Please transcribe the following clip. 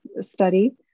study